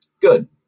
Good